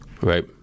Right